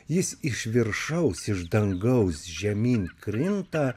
jis iš viršaus iš dangaus žemyn krinta